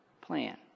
plan